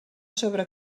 sobre